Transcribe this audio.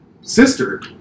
sister